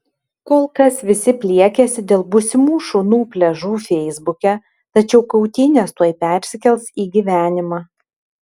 kol kas visi pliekiasi dėl būsimų šunų pliažų feisbuke tačiau kautynės tuoj persikels į gyvenimą